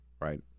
right